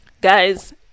guys